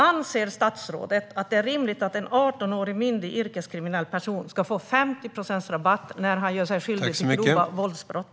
Anser statsrådet att det är rimligt att en 18-årig myndig yrkeskriminell person ska få 50 procents rabatt när han gör sig skyldig till grova våldsbrott?